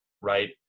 right